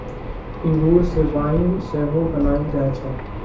इंगूर से वाइन सेहो बनायल जाइ छइ